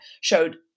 showed